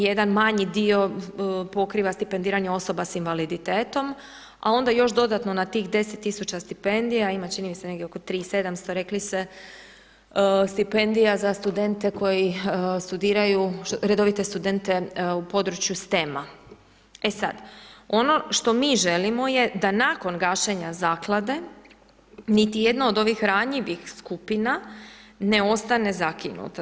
Jedan manji dio, pokriva stipendiranja osoba s invaliditetom, a onda još dodatno na tih 10000 stipendija, ima čini mi se oko 3700 rekli ste stipendija za studente koji studiraju redovite studente u području stema, e sad ono što mi želimo je da nakon gašenja zaklade niti jedna od ovih ranjivih skupina ne ostane zakinuta.